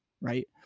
right